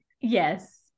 Yes